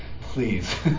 Please